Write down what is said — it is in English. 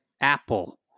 Apple